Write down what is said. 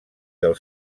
del